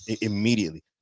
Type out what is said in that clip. Immediately